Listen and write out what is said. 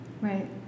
Right